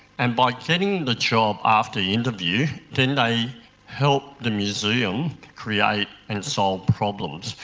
and by getting the job after interview then they helped the museum create and solve problems.